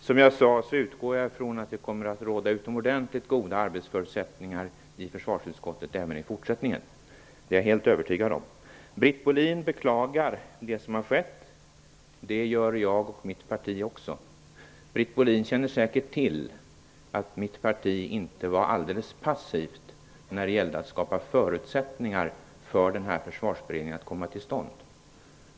Herr talman! Som jag sade utgår jag från att det kommer att råda utomordentligt goda arbetsförutsättningar i försvarsutskottet även i fortsättningen. Det är jag helt övertygad om. Britt Bohlin beklagar det som har skett. Det gör jag och mitt parti också. Britt Bohlin känner säkert till att mitt parti inte var alldeles passivt när det gällde att skapa förutsättningar för denna försvarsberedning att komma till stånd.